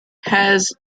has